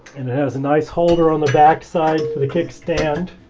and has a nice holder on the backside for the kickstand